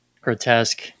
Grotesque